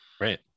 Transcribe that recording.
Right